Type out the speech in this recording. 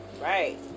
Right